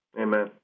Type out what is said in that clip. Amen